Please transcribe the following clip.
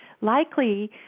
Likely